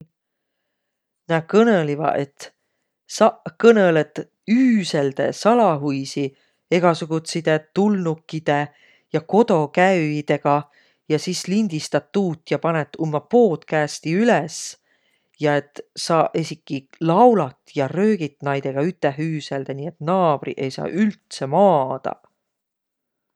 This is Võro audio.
Nä kõnõliq, et saq kõnõlõt üüse salahuisi egäsugutsidõ tulnukidõ ja kodokäüjidega ja sis lindistät tuud ja panõt umma podcasti üles. Ja et sa esiki laulat ja röögit naidõga üteh üüselde, nii et naabriq ei saaq üldse maadaq.